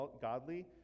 godly